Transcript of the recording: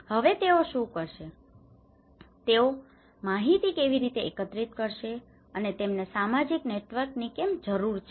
હવે તેઓ શું કરશે તેઓ માહિતી કેવી રીતે એકત્રિત કરશે અને તેમને સામાજિક નેટવર્ક્સની કેમ જરૂર છે